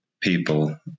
people